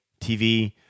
TV